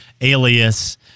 Alias